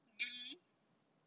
really